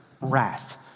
wrath